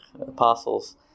apostles